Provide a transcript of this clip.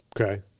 Okay